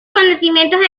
conocimientos